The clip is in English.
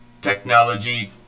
Technology